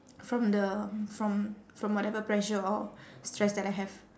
from the from from whatever pressure or stress that I have